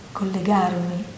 collegarmi